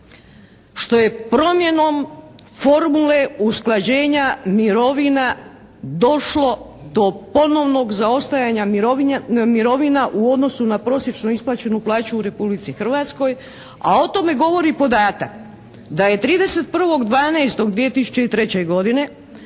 što je promjenom formule usklađenja mirovina došlo do ponovnog zaostajanja mirovina u odnosu na prosječno isplaćenu plaću u Republici Hrvatskoj a o tome govori podatak da je 31. 12. 2003. godine,